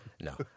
No